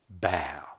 bow